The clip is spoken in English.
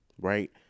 right